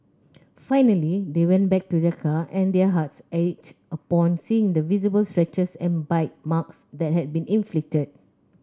finally they went back to their car and their hearts ached upon seeing the visible scratches and bite marks that had been inflicted